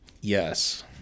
Yes